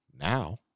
now